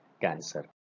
cancer